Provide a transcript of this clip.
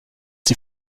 sie